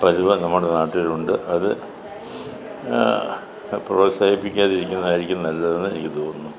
പതിവ് നമ്മുടെ നാട്ടിലുണ്ട് അത് പ്രോത്സാഹിപ്പിക്കാതിരിക്കുന്നതായിരിക്കും നല്ലതെന്ന് എനിക്ക് തോന്നുന്നു